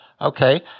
Okay